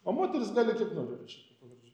o moterys gali kaip nori rašyt pavardžių